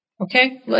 Okay